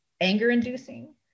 anger-inducing